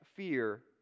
fear